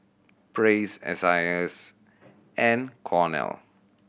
Praise S I S and Cornell